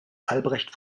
albrecht